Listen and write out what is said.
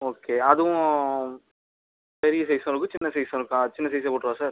okay அதுவும் பெரிய size அளவு இருக்குது சின்ன சைஸ் அளவுக்கா சின்ன சைஸே போட்டுருவா சார்